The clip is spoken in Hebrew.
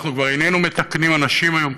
אנחנו כבר איננו מתקנים אנשים היום,